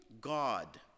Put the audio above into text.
God